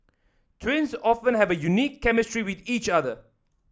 twins often have a unique chemistry with each other